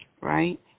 right